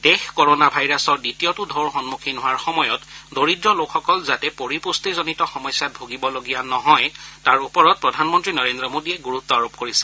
দেশ কৰ'না ভাইৰাছৰ দ্বিতীয়টো টৌৰ সন্মুখীন হোৱাৰ সময়ত দৰিদ্ৰ লোকসকল যাতে পৰিপুষ্টিজনিত সমস্যাত ভূগিবলগীয়া নহয় তাৰ ওপৰত প্ৰধানমন্তী নৰেন্দ্ৰ মোদীয়ে গুৰুত্ব আৰোপ কৰিছে